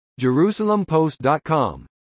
JerusalemPost.com